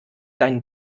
deinen